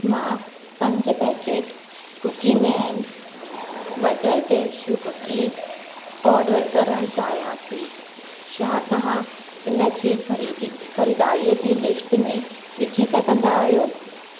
मां पंज packet cookie man butter cashew cookies order करण चाहियां थी छा तव्हां इनखे ख़रीदी ख़रीदारी जी लिस्ट में विझी सघंदा आहियो